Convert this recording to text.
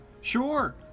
Sure